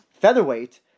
featherweight